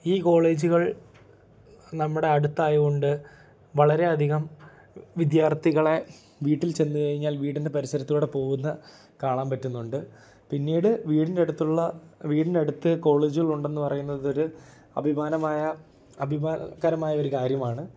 ഈ കോളേജുകൾ നമ്മുടെ അടുത്തായ കൊണ്ട് വളരെ അധികം വിദ്യാർത്ഥികളെ വീട്ടിൽ ചെന്ന് കഴിഞ്ഞാൽ വീടിൻ്റെ പരിസരത്തൂടെ പോകുന്നത് കാണാൻ പറ്റുന്നുണ്ട് പിന്നീട് വീടിൻ്റടുത്തുള്ള വീടിൻ്റടുത്ത് കോളേജുകളൊണ്ടെന്ന് പറയുന്നത് ഒരു അഭിമാനമായ അഭിമാനകരമായൊരു കാര്യമാണ്